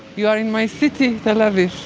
you are in my city, tel aviv